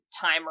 timer